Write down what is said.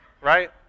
right